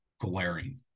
glaring